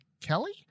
Kelly